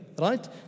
right